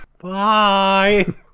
Bye